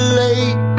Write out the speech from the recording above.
late